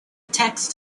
text